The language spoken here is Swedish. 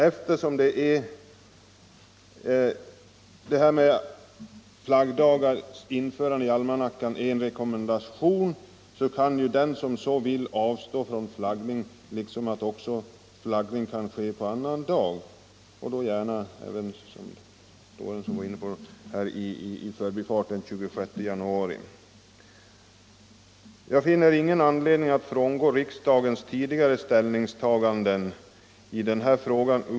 Eftersom det här med flaggdagars införande i almanackan är en rekommendation, kan den som så vill avstå från flaggning. Likaså kan flaggning ske på annan dag och då gärna — som herr Lorentzon var inne på —- den 26 januari. 67 Jag finner ingen anledning att frångå riksdagens tidigare ställningstaganden i den här frågan.